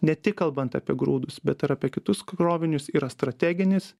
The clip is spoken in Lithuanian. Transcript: ne tik kalbant apie grūdus bet ir apie kitus krovinius yra strateginis